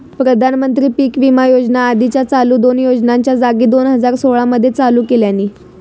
प्रधानमंत्री पीक विमा योजना आधीच्या चालू दोन योजनांच्या जागी दोन हजार सोळा मध्ये चालू केल्यानी